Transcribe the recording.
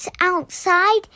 outside